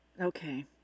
Okay